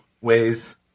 ways